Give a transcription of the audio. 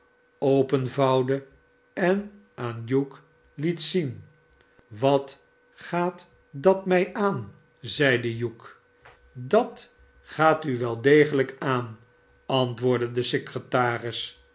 openvouwde en aan hugh liet zien wat gaat dat mi aan zeide hugh dat gaat u wel degelijk aan antwoordde de secretaris